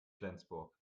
flensburg